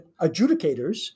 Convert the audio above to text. adjudicators